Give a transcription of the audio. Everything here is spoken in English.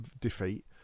defeat